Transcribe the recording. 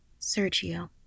Sergio